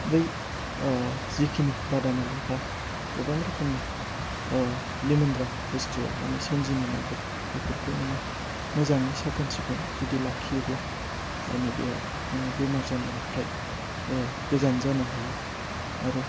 बै जेखिनि बादामालि बा गोबां रोखोमनि लिमोनग्रा बुस्थु माने सोमजिनो नागिरो बेफोरखौ नोङो मोजाङै साखोन सिखोन जुदि लाखियोब्ला माने बेयाव बेमार जानायनिफ्राय गोजान जानो हायो आरो